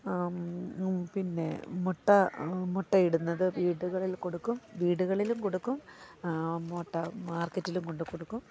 പിന്നെ മുട്ട മുട്ടയിടുന്നത് വീടുകളിൽ കൊടുക്കും വീടുകളിലും കൊടുക്കും മുട്ട മാർക്കറ്റിലും കൊണ്ടുക്കൊടുക്കും